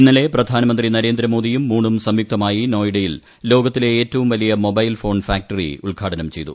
ഇന്നലെ പ്രധാനമന്ത്രി നരേന്ദ്രമോദിയും മൂണും സായുക്ത്മായി നോയിഡയിൽ ലോകത്തിലെ ഏറ്റവും വലിയ മൊബ്ബൈൽ ഫോൺ ഫാക്ടറി ഉദ്ഘാടനം ചെയ്തു